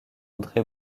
andré